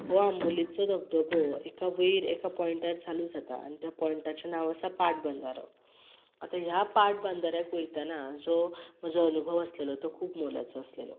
हो आंबोलेचो धबधबो एका वयर एका पॉयंटार चालू जाता आन त्या पॉयंटाचें नांव आसा पाट बंदारो आतां ह्या पाट बांदाऱ्याक वयताना जो म्हजो अनुभव आसलेलो तो खूब मोलाचो आसलेलो